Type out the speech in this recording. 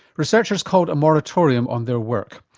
researchers called a moratorium on their work.